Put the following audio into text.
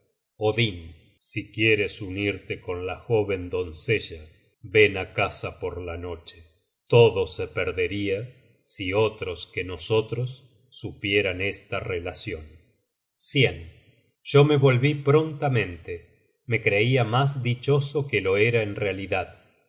si quieres unirte con la joven doncella ven á casa por la noche todo se perdería si otros que nosotros supieran esta relacion yo me volví prontamente me creia mas dichoso que lo era en realidad